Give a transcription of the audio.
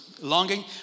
longing